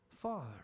Father